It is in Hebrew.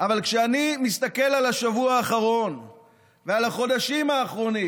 אבל כשאני מסתכל על השבוע האחרון ועל החודשים האחרונים